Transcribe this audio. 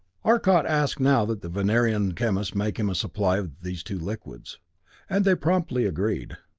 arcot asked now that the venerian chemists make him a supply of these two liquids and they promptly agreed.